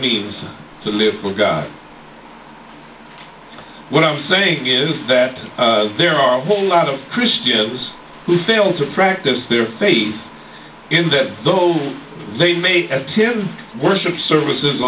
means to live for god what i'm saying is that there are a whole lot of christians who fail to practice their faith in that though they may get to worship services